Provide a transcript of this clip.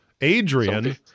Adrian